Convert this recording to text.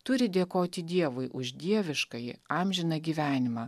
turi dėkoti dievui už dieviškąjį amžiną gyvenimą